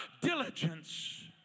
diligence